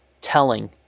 telling